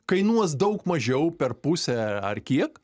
kainuos daug mažiau per pusę ar kiek